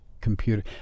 computer